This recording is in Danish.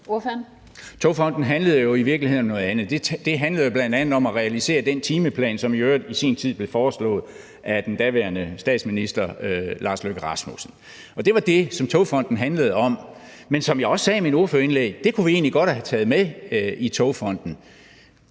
Togfonden DK handlede jo i virkeligheden om noget andet. Den handlede bl.a. om at realisere den timeplan, som i øvrigt i sin tid blev foreslået af den daværende statsminister Lars Løkke Rasmussen. Det var det, som Togfonden DK handlede om. Men som jeg også sagde i mit ordførerindlæg: Vi kunne egentlig godt have taget det med i Togfonden